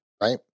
right